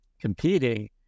competing